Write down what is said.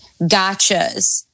gotchas